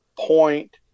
point